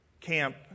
camp